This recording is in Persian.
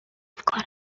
کنم